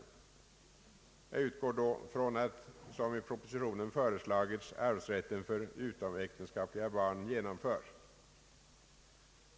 Jag utgår då från att, som i propositionen föreslagits, arvsrätten för utomäktenskapliga barn genomförs.